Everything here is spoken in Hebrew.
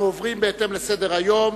בהתאם לסדר-היום,